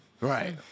right